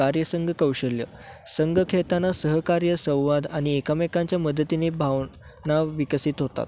कार्यसंग कौशल्य संघ खेळताना सहकार्य संवाद आणि एकामेकांच्या मदतीने भावना विकसित होतात